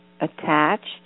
attached